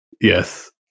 Yes